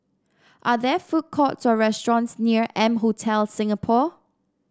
are there food courts or restaurants near M Hotel Singapore